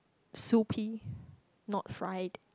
soupy not fried